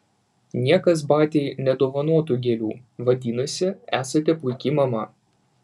niekas batiai nedovanotų gėlių vadinasi esate puiki mama